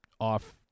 off